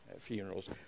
funerals